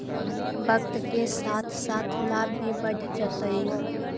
वक्त के साथ साथ लाभ भी बढ़ जतइ